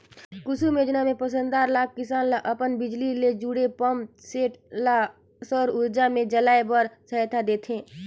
कुसुम योजना मे पंदरा लाख किसान ल अपन बिजली ले जुड़े पंप सेट ल सउर उरजा मे चलाए बर सहायता देह थे